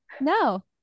No